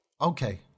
Okay